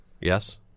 Yes